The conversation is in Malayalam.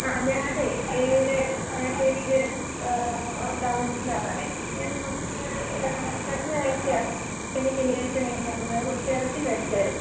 ആ ഞാന് ഇവിടെ കരുവേലിയില് താമസിക്കുന്ന ആളാണെ ഞാൻ കുറച്ച് രാ കഴിഞ്ഞ ആഴ്ച്ച കഴിഞ്ഞ ശനിയാഴ്ച്ച നിങ്ങളുടെ അവിടുന്ന് കുറച്ച് ഇറച്ചി മേടിച്ചായിരുന്നു